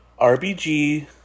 RBG